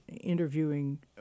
interviewing